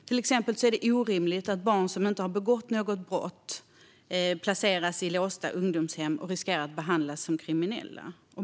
Till exempel är det orimligt att barn som inte har begått brott placeras på låsta ungdomshem och riskerar att behandlas som kriminella.